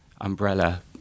umbrella